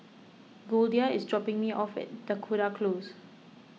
Goldia is dropping me off at Dakota Close